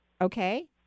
Okay